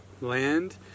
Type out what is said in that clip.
land